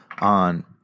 on